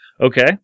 Okay